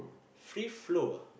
free flow ah